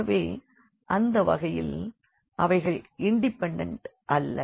ஆகவே அந்த வகையில் அவைகள் இண்டிபெண்டண்ட் அல்ல